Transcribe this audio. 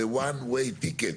זה one way ticket.